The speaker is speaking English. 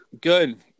good